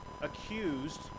accused